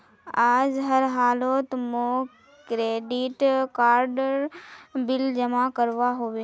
आज हर हालौत मौक क्रेडिट कार्डेर बिल जमा करवा होबे